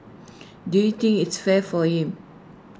do you think its fair for him